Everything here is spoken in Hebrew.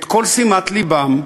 את כל שימת לבם,